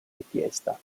richiesta